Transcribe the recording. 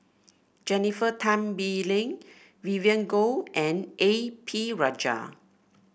Jennifer Tan Bee Leng Vivien Goh and A P Rajah